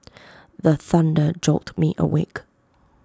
the thunder jolt me awake